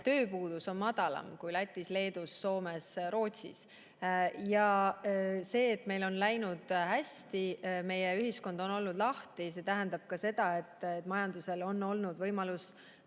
tööpuudus on madalam kui Lätis, Leedus, Soomes, Rootsis. Meil on läinud hästi ja meie ühiskond on olnud lahti. See tähendab ka seda, et majandusel on olnud võimalus